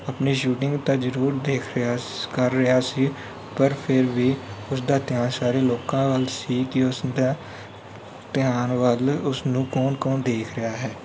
ਆਪਣੀ ਸ਼ੂਟਿੰਗ ਤਾਂ ਜ਼ਰੂਰ ਦੇਖ ਰਿਹਾ ਕਰ ਰਿਹਾ ਸੀ ਪਰ ਫਿਰ ਵੀ ਉਸਦਾ ਧਿਆਨ ਸਾਰੇ ਲੋਕਾਂ ਵੱਲ ਸੀ ਕਿ ਉਸ ਦਾ ਧਿਆਨ ਵੱਲ ਉਸਨੂੰ ਕੌਣ ਕੌਣ ਦੇਖ ਰਿਹਾ ਹੈ